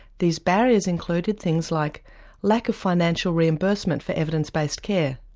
these barriers included things like lack of financial reimbursement for evidence based care,